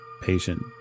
patient